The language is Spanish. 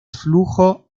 flujo